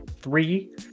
three